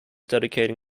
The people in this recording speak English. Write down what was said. dedicating